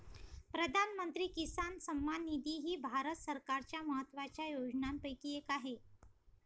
प्रधानमंत्री किसान सन्मान निधी ही भारत सरकारच्या महत्वाच्या योजनांपैकी एक आहे